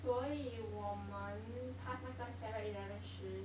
所以我们 pass 那个 Seven Eleven 时